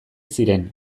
ziren